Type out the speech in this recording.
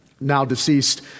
now-deceased